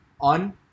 on